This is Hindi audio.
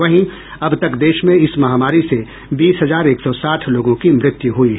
वहीं अब तक देश में इस महामरी से बीस हजार एक सौ साठ लोगों की मृत्यु हुई है